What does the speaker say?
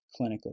clinically